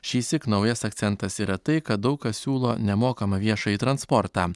šįsyk naujas akcentas yra tai kad daug kas siūlo nemokamą viešąjį transportą